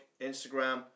Instagram